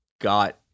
got